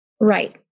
Right